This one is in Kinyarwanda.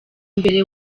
mbere